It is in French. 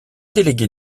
déléguée